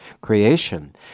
creation